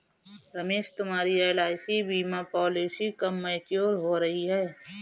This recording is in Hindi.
रमेश तुम्हारी एल.आई.सी बीमा पॉलिसी कब मैच्योर हो रही है?